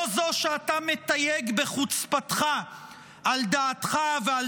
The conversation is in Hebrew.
לא זאת שאתה מתייג בחוצפתך על דעתך ועל